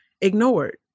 ignored